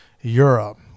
Europe